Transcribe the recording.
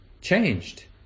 changed